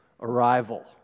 arrival